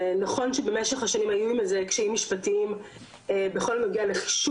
בכל הנוגע לחישוב סכומי הוצאות ההרחקה הללו,